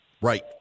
Right